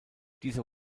dieser